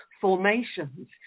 formations